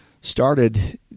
started